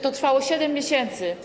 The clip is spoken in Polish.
To trwało 7 miesięcy.